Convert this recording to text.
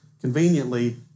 conveniently